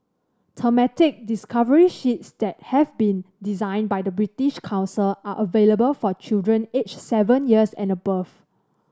thematic discovery sheets that have been designed by the British Council are available for children aged seven years and above